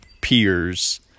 peers